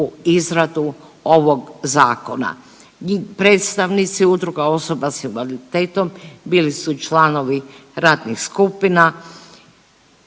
u izradu ovog zakona i predstavnici udruga osoba s invaliditetom bili su članovi radnih skupina.